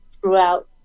throughout